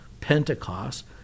Pentecost